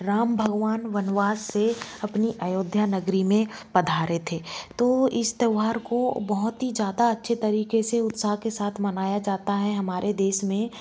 राम भगवान वनवास से अपनी अयोध्या नगरी में पधारे थे तो इस तयहर को बहुत ही ज़्यादा अच्छे तरीके से उत्साह के साथ मनाया जाता है हमारे देश में